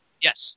Yes